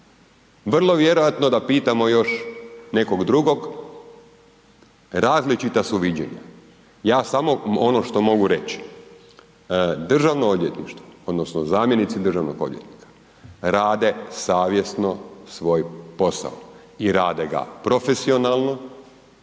Vrlo vjerojatni da pitamo još nekog drugog, različita su viđenja, ja samo ono što mogu reći, Državno odvjetništvo odnosno zamjenici državnog odvjetnika, rade savjesno svoj posao i rade ga profesionalno